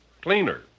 cleaner